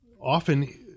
often